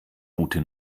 ute